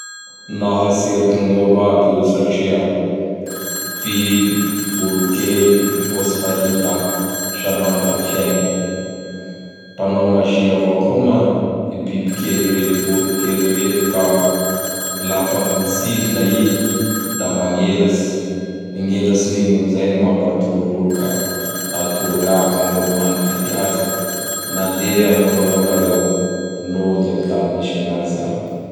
Nahatseriky gn'olo aby io satria biby, olokely mbô tsy fahita sanandro am fiaigna Mpanao mazy avao koa ma i bibikely reto, olokely reto ka lafa mitsidina i da magnelatsy. Gn'elatsin'igny amzay gny mampatory olo ka matory aby gn'olo manodidy azy. Nandeha moramora reo nody am tany nisy anazy aby.